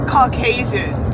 Caucasian